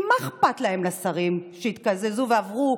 כי מה אכפת להם, לשרים שהתקזזו ועברו,